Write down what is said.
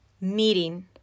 meeting